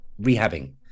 rehabbing